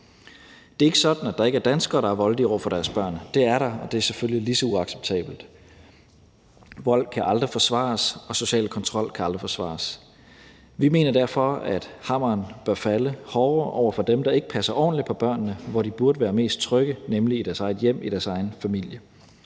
Det er ikke sådan, at der ikke er danskere, der er voldelige over for deres børn – det er der, og det er selvfølgelig lige så uacceptabelt. Vold kan aldrig forsvares, og social kontrol kan aldrig forsvares. Vi mener derfor, at hammeren bør falde hårdere over for dem, der ikke passer ordentligt på børnene, hvor de burde være mest trygge, nemlig i deres eget hjem, i deres egen familie.